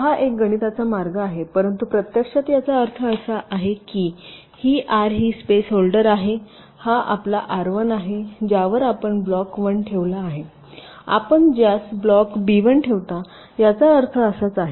पहा एक गणिताचा मार्ग आहे परंतु प्रत्यक्षात याचा अर्थ असा आहे की ही R ही स्पेस होल्डर आहे हा आपला R1 आहे ज्यावर आपण ब्लॉक 1 ठेवला आहे आपण ज्यास ब्लॉक बी 1 ठेवता याचा अर्थ असाच आहे